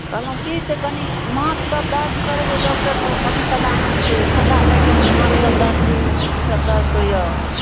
कहलहुँ कि से कनि माथसभ दर्द करैए डॉक्टर तऽ अथी छलै हेँ जे ठंडा लागि गेल हेँ माथसभ दर्द करैए पीठीसभ दर्द करैए